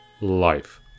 life